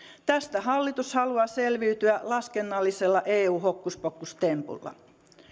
tästä hallitus haluaa selviytyä laskennallisella eu hokkuspokkustempulla